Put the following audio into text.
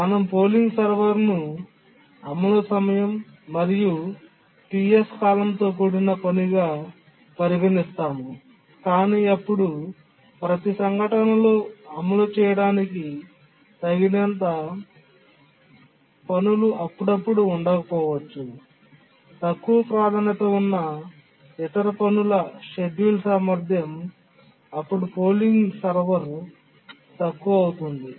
మనం పోలింగ్ సర్వర్ను అమలు సమయం es మరియు Ps కాలంతో కూడిన పనిగా పరిగణిస్తాము కాని అప్పుడు ప్రతి సంఘటనలో అమలు చేయడానికి తగినంత అప్పుడప్పుడు పనులు ఉండకపోవచ్చు తక్కువ ప్రాధాన్యత ఉన్న ఇతర పనుల షెడ్యూల్ సామర్థ్యం అప్పుడు పోలింగ్ సర్వర్ తక్కువ అవుతుంది